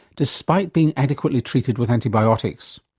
despite being adequately treated with antibiotics.